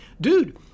dude